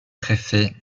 préfet